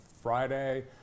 Friday